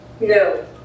No